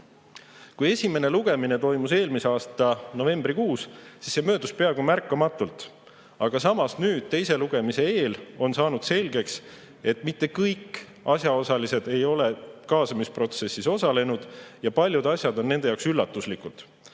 Kui esimene lugemine toimus eelmise aasta novembrikuus, siis see möödus peaaegu märkamatult, aga samas nüüd, teise lugemise eel on saanud selgeks, et mitte kõik asjaosalised ei ole kaasamisprotsessis osalenud ja paljud asjad on nende jaoks üllatuslikud.